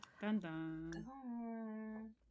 Dun-dun